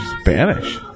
Spanish